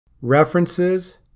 references